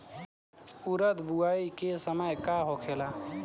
उरद बुआई के समय का होखेला?